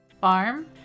farm